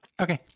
Okay